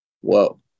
whoa